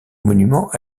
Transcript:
monument